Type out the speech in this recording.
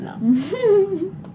No